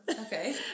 Okay